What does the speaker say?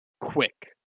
quick